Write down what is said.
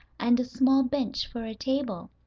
and a small bench for a table.